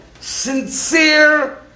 sincere